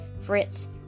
Fritz